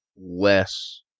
less